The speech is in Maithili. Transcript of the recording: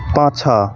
पाछाँ